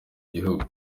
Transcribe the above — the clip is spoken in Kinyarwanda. gihugu